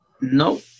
No